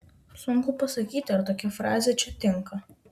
sunku pasakyti ar tokia frazė čia tinka